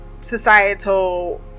societal